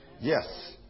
Yes